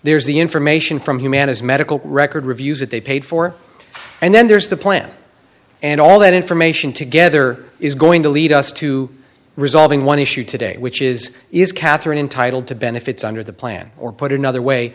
there's the information from humanise medical record reviews that they paid for and then there's the plan and all that information together is going to lead us to resolving one issue today which is is katherine entitled to benefits under the plan or put another way